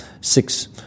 six